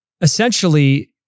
essentially